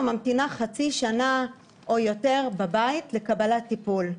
ממתינה חצי שנה או יותר בבית לקבלת טיפול.